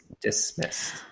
dismissed